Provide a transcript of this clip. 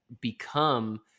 become